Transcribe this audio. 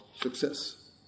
success